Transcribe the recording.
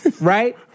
right